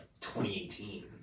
2018